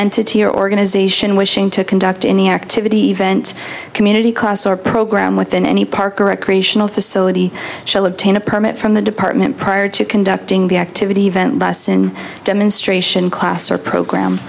entity or organization wishing to conduct any activity event community costs or program within any park or recreational facility shall obtain a permit from the department prior to conducting the activity event demonstration class or program